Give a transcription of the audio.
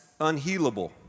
unhealable